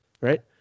right